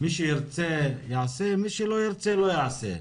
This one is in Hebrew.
מי שירצה יעשה, מי שלא ירצה לא יעשה.